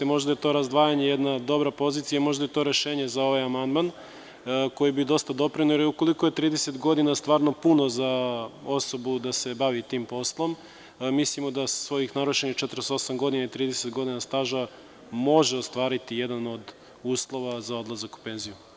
Možda je to razdvajanje, jedna dobra pozicija, možda je to rešenje za ovaj amandmankoji bi dosta doprineo jer ukoliko je 30 godina stvarno puno za osobu da se bavi tim poslom, mislimo da sa svojih navršenih 48 godina i 30 godina staža može ostvariti jedan od uslova za odlazak u penziju.